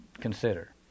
consider